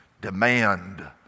demand